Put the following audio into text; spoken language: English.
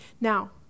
Now